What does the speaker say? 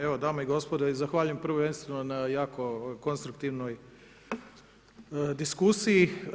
Evo dame i gospodo, zahvaljujem prvenstveno na jako konstruktivnoj diskusiji.